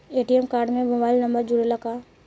ATM card में mobile number जुरेला का?